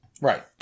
Right